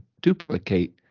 duplicate